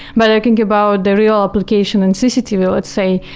but i can give out the real application and cctv, let's say,